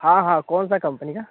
हाँ हाँ कौनसी कम्पनी का